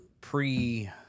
pre